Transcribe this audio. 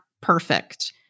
perfect